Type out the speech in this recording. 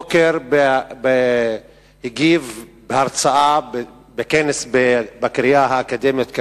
הבוקר הוא הגיב בהרצאה בכנס בקריה האקדמית,